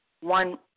one